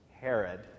Herod